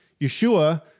Yeshua